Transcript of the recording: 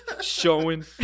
showing